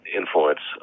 influence